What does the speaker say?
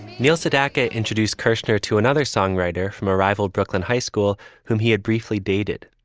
neil sedaka introduced kershner to another songwriter from a rival brooklyn high school whom he had briefly dated.